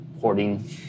hoarding